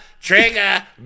trigger